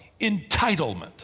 entitlement